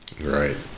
right